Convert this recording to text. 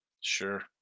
Sure